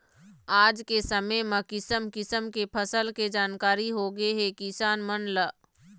आज के समे म किसम किसम के फसल के जानकारी होगे हे किसान मन ल